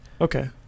okay